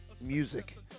music